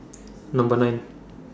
Number nine